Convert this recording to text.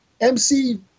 MC